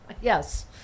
Yes